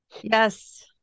Yes